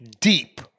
deep